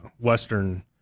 Western